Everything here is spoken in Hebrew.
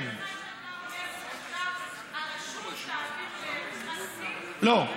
מה שאתה אומר זה שהרשות תעביר, לא.